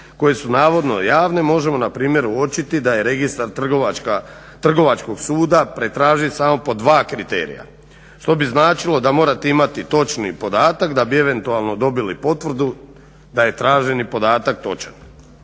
koje su navodno javne možemo npr. uočiti da je registar Trgovačkog suda pretraži samo po dva kriterija što bi značilo da morate imati točni podatak da bi eventualno dobili potvrdu da je traženi podatak točan.